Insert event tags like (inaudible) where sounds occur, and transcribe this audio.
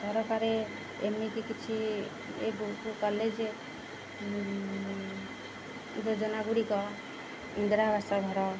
ସରକାରେ ଏମିତି କିଛି ଏ (unintelligible) କଲେ ଯେ ଯୋଜନା ଗୁଡ଼ିକ ଇନ୍ଦିରା ଆବାସ ଘର